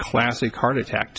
classic heart attack